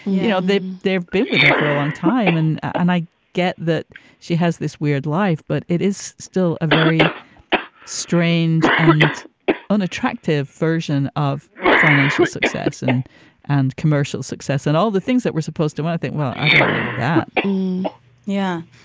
you know, they've they've been with her for a long time. and and i get that she has this weird life, but it is still a very strange and unattractive version of financial success and and commercial success and all the things that were supposed to win, i think. well, i don't want that yeah,